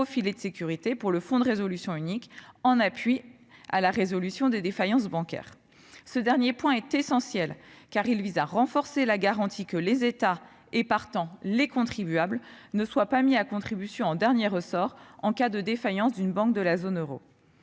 filet de sécurité pour le Fonds de résolution unique, pour renforcer le mécanisme de résolution des défaillances bancaires. Ce dernier point est essentiel : le filet de sécurité doit garantir que les États et, partant, les contribuables, ne seront pas mis à contribution en dernier ressort, en cas de défaillance d'une banque de la zone euro.